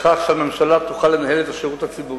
לכך שהממשלה תוכל לנהל את השירות הציבורי.